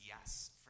yes